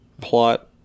plot